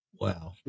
Wow